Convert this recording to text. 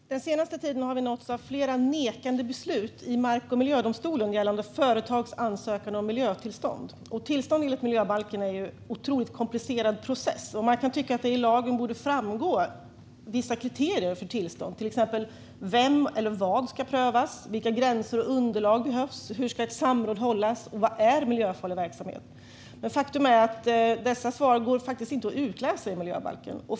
Fru talman! Den senaste tiden har vi nåtts av nyheter om flera nekande beslut i mark och miljödomstolen gällande företags ansökningar om miljötillstånd. Tillstånd enligt miljöbalken är en otroligt komplicerad process, och man kan tycka att det i lagen borde framgå vilka kriterier som gäller för tillstånd - till exempel vem eller vad som ska prövas, vilka gränser som gäller, vilka underlag som behövs, hur samråd ska hållas och vad miljöfarlig verksamhet är. Men faktum är att detta inte går att utläsa av miljöbalken.